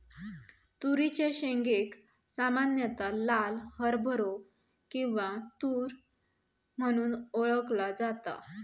तुरीच्या शेंगेक सामान्यता लाल हरभरो किंवा तुर म्हणून ओळखला जाता